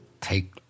take